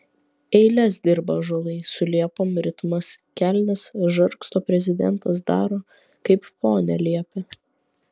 eiles dirba ąžuolai su liepom ritmas kelnes žargsto prezidentas daro kaip ponia liepia